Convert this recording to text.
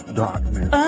darkness